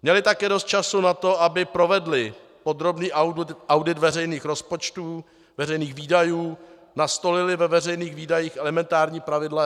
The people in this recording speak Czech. Měly také dost času na to, aby provedly podrobný audit veřejných rozpočtů, veřejných výdajů, nastolily ve veřejných výdajích elementární pravidla efektivnosti.